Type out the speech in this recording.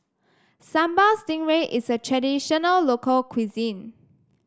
Sambal Stingray is a traditional local cuisine